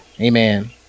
amen